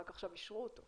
רק עכשיו אישרו אותו.